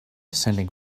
sending